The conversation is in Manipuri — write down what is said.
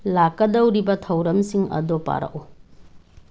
ꯂꯥꯛꯀꯗꯧꯔꯤꯕ ꯊꯧꯔꯝꯁꯤꯡ ꯑꯗꯨ ꯄꯥꯔꯛꯎ